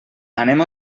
anem